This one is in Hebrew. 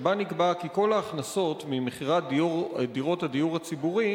שבה נקבע כי כל ההכנסות ממכירת דירות לדיור הציבורי